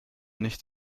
nicht